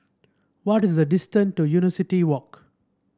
what is the distance to University Walk